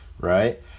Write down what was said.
right